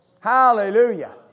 Hallelujah